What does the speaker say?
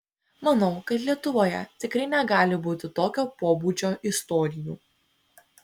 manau kad lietuvoje tikrai negali būti tokio pobūdžio istorijų